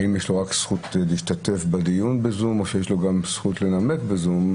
האם יש לו רק זכות להשתתף בדיון בזום או שיש לו גם זכות לנמק בזום.